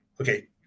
Okay